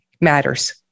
matters